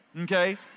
Okay